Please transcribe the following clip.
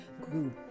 grew